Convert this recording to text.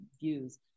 views